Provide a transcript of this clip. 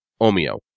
Omeo